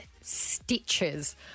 stitches